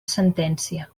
sentència